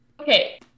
Okay